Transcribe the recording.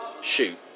shoot